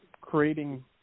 creating –